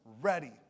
ready